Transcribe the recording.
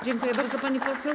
Dziękuję bardzo, pani poseł.